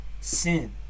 sin